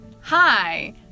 Hi